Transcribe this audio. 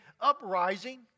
uprising